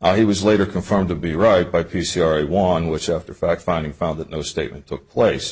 i was later confirmed to be right by p c r iwan which after a fact finding found that no statement took place